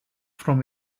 from